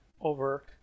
over